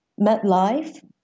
MetLife